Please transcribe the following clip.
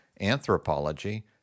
anthropology